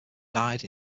died